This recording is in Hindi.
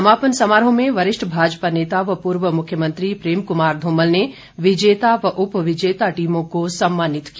समापन समारोह में वरिष्ठ भाजपा नेता व पूर्व मुख्यमंत्री प्रेम कुमार धूमल ने विजेता व उपविजेता टीमों को सम्मानित किया